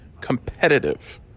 competitive